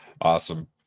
Awesome